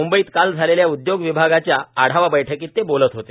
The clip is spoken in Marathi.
मुंबईत काल झालेल्या उदयोग विभागाच्या आढावा बैठकीत ते बोलत होते